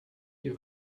die